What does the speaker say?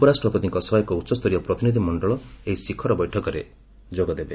ଉପରାଷ୍ଟ୍ରପତିଙ୍କ ସହ ଏକ ଉଚ୍ଚସ୍ତରୀୟ ପ୍ରତିନିଧି ମଣ୍ଡଳ ଏହି ଶିଖର ବୈଠକରେ ଯୋଗଦେବେ